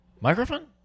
microphone